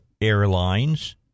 airlines